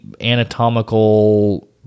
anatomical